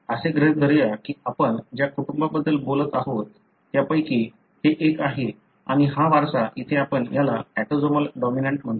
असे गृहीत धरूया की आपण ज्या कुटुंबांबद्दल बोलत आहोत त्यापैकी हे एक आहे आणि हा वारसा इथे आपण त्याला ऑटोसोमल डॉमिनंट म्हणतो